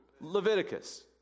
Leviticus